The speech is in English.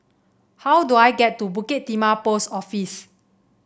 how do I get to Bukit Timah Post Office